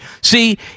see